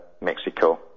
Mexico